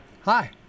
Hi